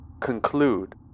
conclude